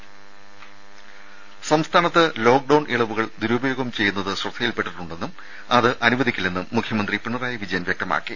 രുര സംസ്ഥാനത്ത് ലോക്ഡൌൺ ഇളവുകൾ ദുരുപയോഗം ചെയ്യുന്നത് ശ്രദ്ധയിൽപെട്ടിട്ടുണ്ടെന്നും അത് അനുവദിക്കില്ലെന്നും മുഖ്യമന്ത്രി പിണറായി വിജയൻ വ്യക്തമാക്കി